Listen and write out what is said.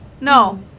No